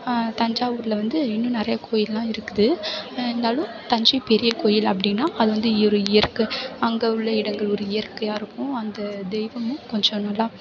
தஞ்சாவூரில் வந்து இன்னும் நிறையா கோவிலெலாம் இருக்குது இருந்தாலும் தஞ்சை பெரியகோயில் அப்படினா அது வந்து ஒரு இயற்கை அங்கே உள்ள இடங்கள் ஒரு இயற்கையாக இருக்கும் அந்த தெய்வமும் கொஞ்சம் நல்லா